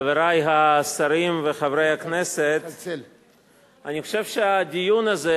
חברי השרים וחברי הכנסת, אני חושב שהדיון הזה